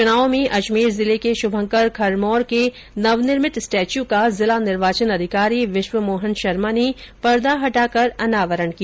चुनाव में अजमेर जिले के शुभंकर खरमौर के नवनिर्मित स्टेच्यू का जिला निर्वाचन अधिकारी विश्वमोहन शर्मा ने पर्दा हटाकर अनावरण किया